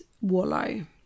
wallow